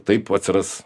taip atsiras